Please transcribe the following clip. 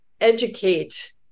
educate